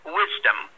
wisdom